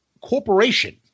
corporation